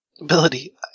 ability